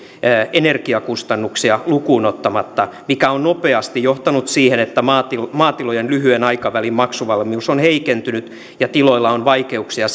energiakustannuksia lukuun ottamatta mikä on nopeasti johtanut siihen että maatilojen maatilojen lyhyen aikavälin maksuvalmius on heikentynyt ja tiloilla on vaikeuksia